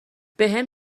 بهم